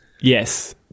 Yes